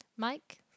mike